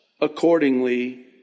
accordingly